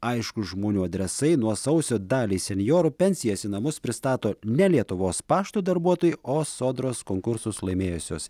aišku žmonių adresai nuo sausio daliai senjorų pensijas į namus pristato ne lietuvos pašto darbuotojai o sodros konkursus laimėjusios